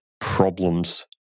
problems